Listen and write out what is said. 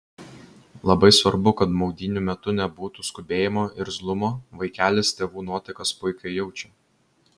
labai svarbu kad maudynių metu nebūtų skubėjimo irzlumo vaikelis tėvų nuotaikas puikiai jaučia